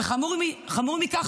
וחמור מכך,